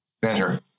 better